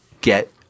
get